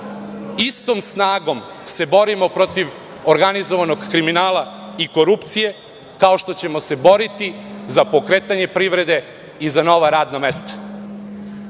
Istom snagom se borimo protiv organizovanog kriminala i korupcije, kao što ćemo se boriti za pokretanje privrede i za nova radna mesta.